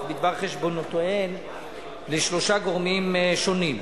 בדבר חשבונותיהן לשלושה גורמים שונים: